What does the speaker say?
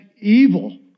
evil